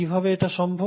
কিভাবে এটা সম্ভব